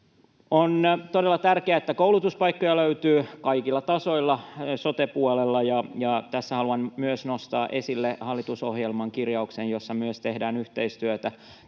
On todella tärkeää, että koulutuspaikkoja löytyy kaikilla tasoilla sote-puolella. Ja tässä haluan nostaa esille myös hallitusohjelman kirjauksen, että tehdään yhteistyötä